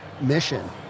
mission